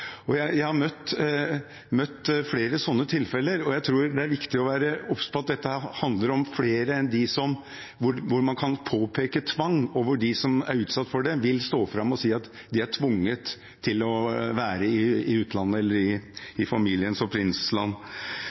Jeg har møtt flere som har opplevd sånne tilfeller, og jeg tror det er viktig å være obs på at dette handler om flere enn dem hvor man kan påpeke tvang, og hvor de som er utsatt for det, vil stå fram og si at de er tvunget til å være i utlandet eller i familiens